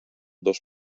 dos